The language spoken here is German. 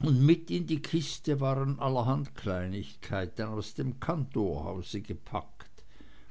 und mit in die kiste waren allerhand kleinigkeiten aus dem kantorhause gepackt